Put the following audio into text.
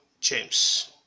James